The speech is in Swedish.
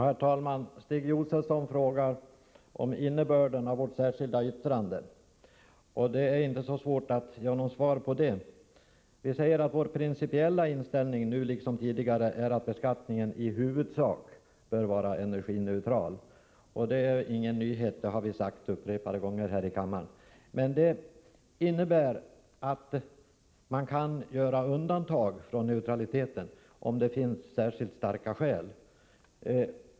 Herr talman! Stig Josefson frågar om innebörden i vårt särskilda yttrande. Det är inte så svårt att ge honom svar på det. Vi säger att vår principiella inställning nu liksom tidigare är att beskattningen i huvudsak bör vara energineutral. Det är ingen nyhet, för det har vi sagt upprepade gånger här i kammaren. Man kan dock göra undantag från neutraliteten om det finns särskilt starka skäl.